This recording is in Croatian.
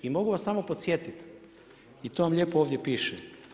I mogu vas samo podsjetiti i to vam lijepo ovdje piše.